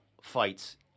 fights